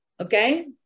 Okay